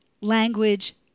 language